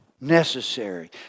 Necessary